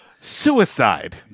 suicide